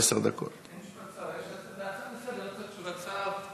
הצעה לסדר, לא צריך תשובת שר,